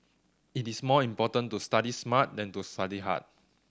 it is more important to study smart than to study hard